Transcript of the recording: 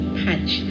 patch